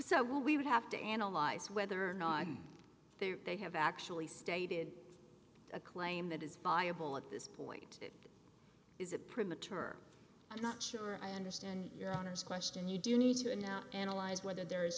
so we would have to analyze whether or not they they have actually stated a claim that is viable at this point is it premature i'm not sure i understand your honour's question you do need to analyze whether there is